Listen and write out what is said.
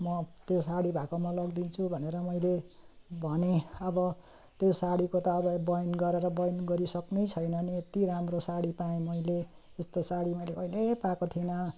म त्यो साडी भएकोमा लगिदिन्छु भनेर मैले भने अब त्यो साडीको त अब बयान गरेर बयान गरिसक्नु छैन नि यति राम्रो साडी पाएँ मैले यस्तो साडी मैले कहिले पाएको थिइनँ